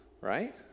right